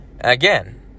Again